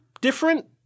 different